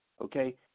Okay